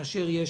כאשר יש